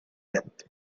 death